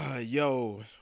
Yo